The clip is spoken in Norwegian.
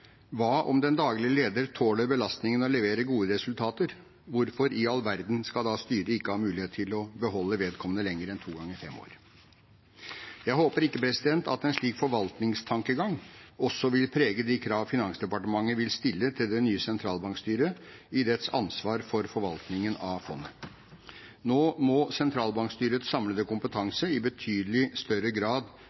Hva om den daglige lederen tåler belastningen og leverer gode resultater? Hvorfor i all verden skal styret da ikke ha mulighet til å beholde vedkommende lenger enn 2 x 5 år? Jeg håper ikke at en slik forvaltningstankegang også vil prege de krav Finansdepartementet vil stille til det nye sentralbankstyret i dets ansvar for forvaltningen av fondet. Nå må sentralbankstyrets samlede kompetanse i betydelig større grad